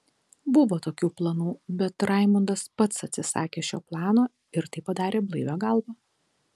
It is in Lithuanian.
buvo tokių planų bet raimondas pats atsisakė šio plano ir tai padarė blaivia galva